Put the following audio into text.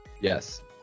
yes